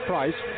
Price